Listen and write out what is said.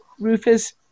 Rufus